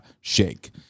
shake